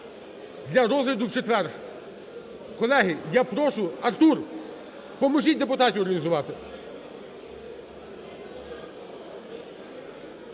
для розгляду в четвер. Колеги, я прошу… Артур! Поможіть депутатів організувати!